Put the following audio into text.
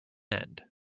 end